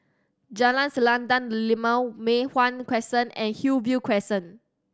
Jalan Selendang Delima Mei Hwan Crescent and Hillview Crescent